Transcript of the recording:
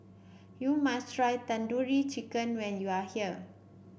you must try Tandoori Chicken when you are here